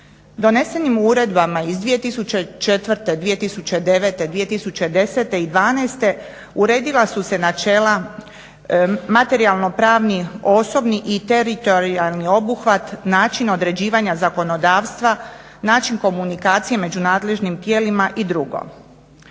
Donesenim uredbama iz 2004., 2009. 2010. i dvanaeste uredila su se načela, materijalno-pravni, osobni i teritorijalni obuhvat, način određivanja zakonodavstva, način komunikacije među nadležnim tijelima i drugo.